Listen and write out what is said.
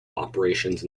operations